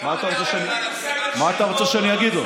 מה אתה רוצה שאני אגיד?